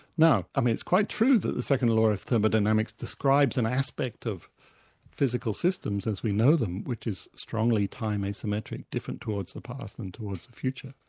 now i mean it's quite true that the second law of thermodynamics describes an aspect of physical systems as we know them, which is strongly time asymmetric, different towards the past and towards the future.